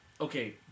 Okay